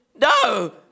No